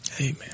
Amen